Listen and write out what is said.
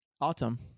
Autumn